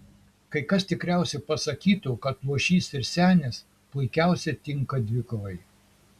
kai kas tikriausiai pasakytų kad luošys ir senis puikiausiai tinka dvikovai